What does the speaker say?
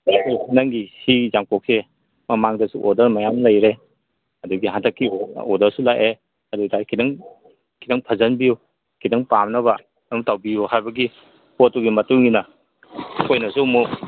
ꯅꯪꯒꯤ ꯁꯤꯒꯤ ꯌꯥꯡꯀꯣꯛꯁꯦ ꯃꯃꯥꯡꯗꯁꯨ ꯑꯣꯗꯔ ꯃꯌꯥꯝ ꯂꯩꯔꯦ ꯑꯗꯒꯤ ꯍꯟꯗꯛꯀꯤ ꯑꯣꯗꯔꯁꯨ ꯂꯥꯛꯑꯦ ꯑꯗꯨ ꯑꯣꯏꯇꯥꯔꯗꯤ ꯈꯤꯇꯪ ꯈꯤꯇꯪ ꯐꯖꯍꯟꯕꯤꯌꯨ ꯈꯤꯇꯪ ꯄꯥꯝꯅꯕ ꯑꯝ ꯇꯧꯕꯤꯌꯣ ꯍꯥꯏꯕꯒꯤ ꯄꯣꯠꯇꯨꯒꯤ ꯃꯇꯨꯡꯏꯟꯅ ꯑꯩꯈꯣꯏꯅꯁꯨ ꯑꯃꯨꯛ